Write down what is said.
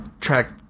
track